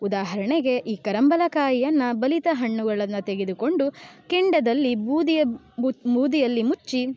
ಉದಾಹರಣೆಗೆ ಈ ಕರಂಬಲಕಾಯಿಯನ್ನು ಬಲಿತ ಹಣ್ಣುಗಳನ್ನು ತೆಗೆದುಕೊಂಡು ಕೆಂಡದಲ್ಲಿ ಬೂದಿಯ ಬೂದಿಯಲ್ಲಿ ಮುಚ್ಚಿ